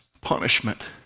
punishment